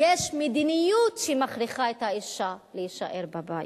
יש מדיניות שמכריחה את האשה להישאר בבית.